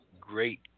great